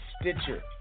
Stitcher